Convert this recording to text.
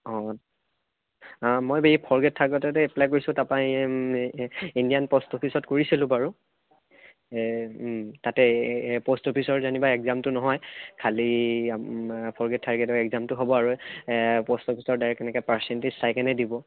অঁ নহয় মই ফ'ৰ্থ গ্ৰেইড থাৰ্ড গ্ৰেইডতে এপ্লাই কৰিছোঁ তাপা এই ইণ্ডিয়ান প'ষ্ট অফিচত কৰিছিলোঁ বাৰু এই তাতেই প'ষ্ট অফিচৰ যেনিবা এগ্জামটো নহয় খালি ফ'ৰ্থ গ্ৰেইড থাৰ্ড গ্ৰেইডৰ এগ্জামটো হ'ব আৰু প'ষ্ট অফিচৰ ডাইৰেক্ট পাৰ্চেণ্টেজ চাই কিনে দিব